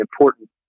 important